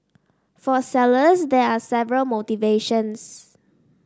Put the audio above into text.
for sellers there are several motivations